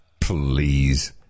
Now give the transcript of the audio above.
Please